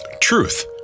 truth